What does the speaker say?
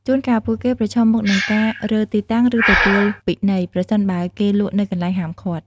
ជួនកាល ពួកគេប្រឈមមុខនឹងការរើទីតាំង ឬទទួលពិន័យ ប្រសិនបើគេលក់នៅកន្លែងហាមឃាត់។